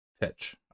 pitch